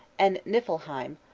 and niflheim,